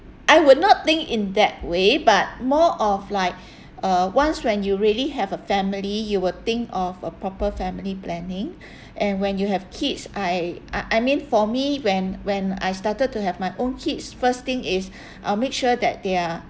I would not think in that way but more of like uh once when you really have a family you will think of a proper family planning and when you have kids I I I mean for me when when I started to have my own kids first thing is I'll make sure that they're